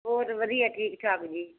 ਬਹੁਤ ਵਧੀਆ ਠੀਕ ਠਾਕ ਜੀ